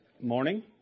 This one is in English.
morning